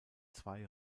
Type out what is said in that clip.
zwei